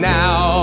now